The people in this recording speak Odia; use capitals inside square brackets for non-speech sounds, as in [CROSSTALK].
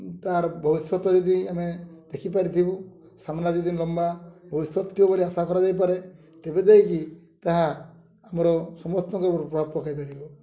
ତା'ର ଭବିଷ୍ୟତ ଯଦି ଆମେ ଦେଖିପାରିଥିବୁ ସାମ୍ନା ଯଦି ଲମ୍ବା ଭବିଷ୍ୟତ [UNINTELLIGIBLE] ଭାବରେ ଆଶା କରାଯାଇପାରେ ତେବେ ଯାଇକି ତାହା ଆମର ସମସ୍ତଙ୍କର ପ୍ରଭାବ ପକାଇପାରିବ